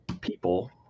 people